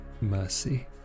mercy